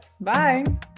Bye